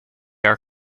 are